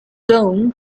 dome